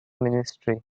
ministry